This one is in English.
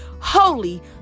holy